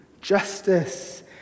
justice